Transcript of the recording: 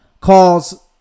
calls